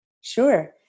Sure